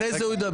אחר כך.